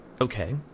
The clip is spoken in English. Okay